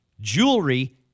jewelry